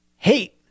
hate